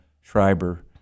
Schreiber